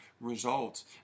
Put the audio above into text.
results